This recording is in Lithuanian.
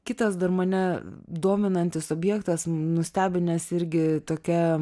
kitas dar mane dominantis objektas nustebinęs irgi tokia